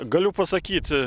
galiu pasakyti